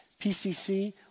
PCC